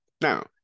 Now